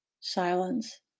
Silence